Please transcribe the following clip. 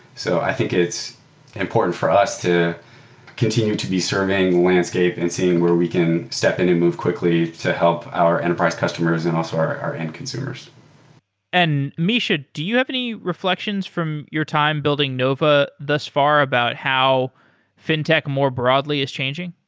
so i think it's important for us to continue to be surveying the landscape and seeing where we can step in and move quickly to help our enterprise customers and also our our end consumers and misha, do you have any reflections from your time building nova thus far about how fintech more broadly is changing?